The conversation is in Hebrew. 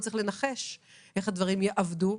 לא צריך לנחש איך הדברים יעבדו,